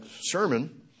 sermon